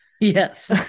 Yes